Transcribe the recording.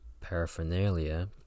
paraphernalia